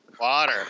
Water